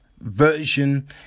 version